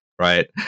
right